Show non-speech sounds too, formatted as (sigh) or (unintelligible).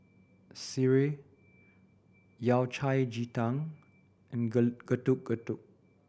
Sireh Yao Cai Ji Tang and (unintelligible) Getuk Getuk